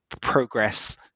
progress